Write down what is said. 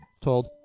told